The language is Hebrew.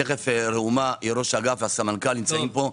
תכף ראומה ראש האגף והסמנכ"ל נמצאים פה,